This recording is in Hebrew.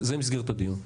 זה מסגרת הדיון.